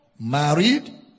Married